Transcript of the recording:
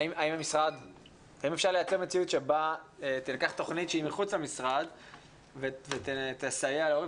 האם אפשר לייצר מציאות שבה תילקח תוכנית שהיא מחוץ למשרד ותסייע להורים?